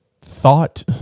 thought